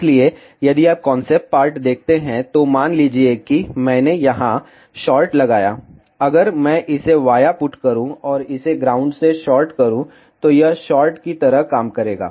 इसलिए यदि आप कॉन्सेप्ट पार्ट देखते हैं तो मान लीजिए कि मैंने यहां शॉर्ट लगाया अगर मैं इसे वाया पुट करूं और इसे ग्राउंड से शार्ट करूं तो यह शॉर्ट की तरह काम करेगा